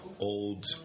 Old